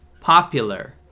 popular